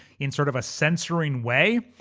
in sort of a censoring way,